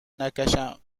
نکشن